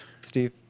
Steve